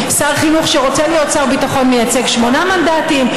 שר חינוך שרוצה להיות שר ביטחון מייצג שמונה מנדטים,